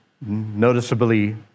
noticeably